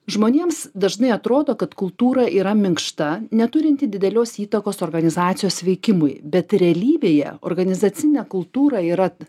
žmonėms dažnai atrodo kad kultūra yra minkšta neturinti didelios įtakos organizacijos veikimui bet realybėje organizacinė kultūra yra